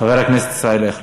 חבר הכנסת ישראל אייכלר.